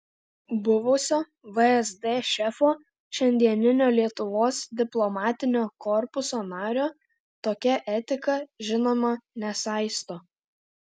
buvusio vsd šefo šiandieninio lietuvos diplomatinio korpuso nario tokia etika žinoma nesaisto